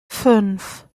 fünf